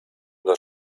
das